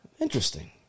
Interesting